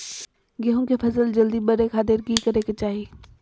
गेहूं के फसल जल्दी बड़े खातिर की करे के चाही?